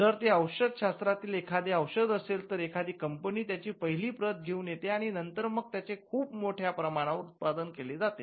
जर ते औषध शास्त्रातील एखादे औषध असेल तर एखादी कंपनी त्याची पहिली प्रत घेऊन येते आणि नंतर मग त्याचे खूप मोठ्या प्रमाणावर उत्पन्न केले जाते